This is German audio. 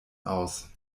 aus